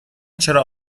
چرا